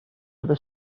other